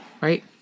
Right